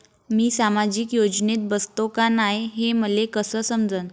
मी सामाजिक योजनेत बसतो का नाय, हे मले कस समजन?